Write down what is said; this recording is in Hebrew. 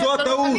זו הטעות,